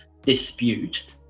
dispute